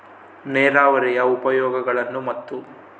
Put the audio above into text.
ನೇರಾವರಿಯ ಉಪಯೋಗಗಳನ್ನು ಮತ್ತು?